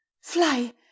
Fly